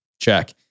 check